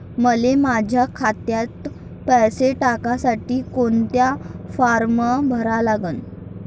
मले माह्या खात्यात पैसे टाकासाठी कोंता फारम भरा लागन?